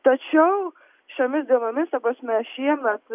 tačiau šiomis dienomis ta prasme mes šiemet